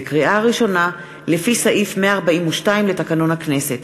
בקריאה ראשונה, לפי סעיף 142 לתקנון הכנסת.